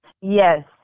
Yes